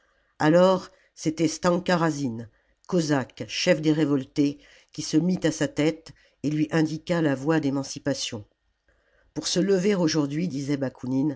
alors c'était stanka razine cosaque chef des révoltés qui se mit à sa tête et lui indiqua la voie d'émancipation pour se lever aujourd'hui disait